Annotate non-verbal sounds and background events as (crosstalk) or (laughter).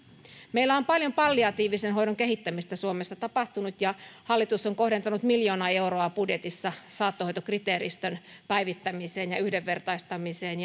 meillä on paljon palliatiivisen hoidon kehittämistä suomessa tapahtunut ja hallitus on kohdentanut miljoona euroa budjetissa saattohoitokriteeristön päivittämiseen ja yhdenvertaistamiseen (unintelligible)